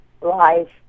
life